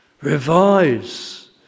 revise